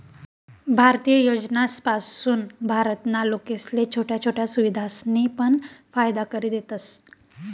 भारतीय योजनासपासून भारत ना लोकेसले छोट्या छोट्या सुविधासनी पण फायदा करि देतस